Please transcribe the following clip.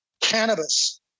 Cannabis